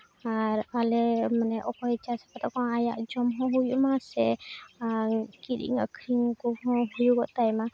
ᱟᱮᱨ ᱢᱟᱱᱮ ᱟᱞᱮ ᱚᱠᱚᱭ ᱪᱟᱥ ᱠᱟᱫᱟ ᱵᱟᱝ ᱟᱭᱟᱜ ᱡᱚᱢ ᱦᱚᱸ ᱦᱩᱭᱩᱜ ᱢᱟ ᱥᱮ ᱠᱤ ᱠᱤᱨᱤᱧ ᱟᱹᱠᱷᱨᱤᱧ ᱠᱚᱦᱚᱸ ᱦᱩᱭᱩᱜᱚᱜ ᱛᱟᱭ ᱢᱟ